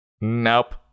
Nope